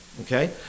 okay